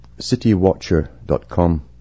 citywatcher.com